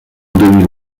dormiu